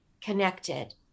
connected